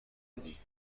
بدی